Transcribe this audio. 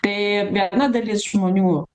tai viena dalis žmonių